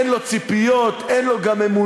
אין לו ציפיות, אין לו גם אמונה,